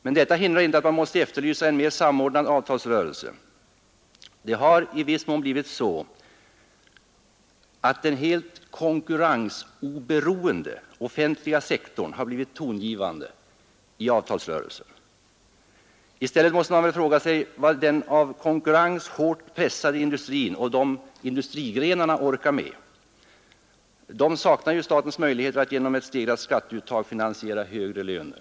Men detta hindrar inte att man måste efterlysa en mer Nr 62 samordnad avtalsrörelse. Det har i viss mån blivit så, att den helt Torsdagen den konkurrensoberoende offentliga sektorn har blivit tongivande i avtalsrö 20 april 1972 relsen. I stället måste man väl fråga sig vad den av konkurrens hårt ———— pressade industrin och de industrigrenarna orkar med. De saknar ju Ang. samordningen statens möjligheter att genom ett ökat skatteuttag finansiera högre löner.